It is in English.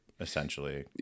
essentially